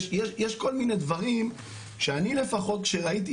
יש כל מיני דברים שאני לפחות כשראיתי,